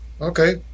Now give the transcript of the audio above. Okay